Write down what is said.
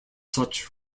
such